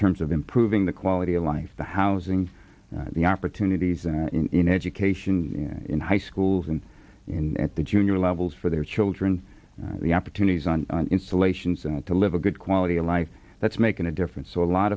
terms of improving the quality of life the housing the opportunities and in education in high schools and in at the junior levels for their children the opportunities on installations and to live a good quality of life that's making a difference a lot